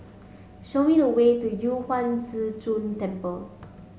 show me the way to Yu Huang Zhi Zun Temple